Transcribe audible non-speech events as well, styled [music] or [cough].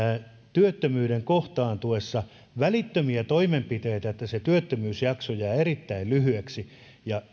työttömyyden kohtaantuessa välittömiä toimenpiteitä että se työttömyysjakso jää erittäin lyhyeksi ja [unintelligible]